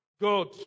God